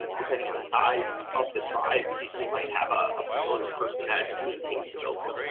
depending on size of the tribe, you might have a facilities person that maintains the building.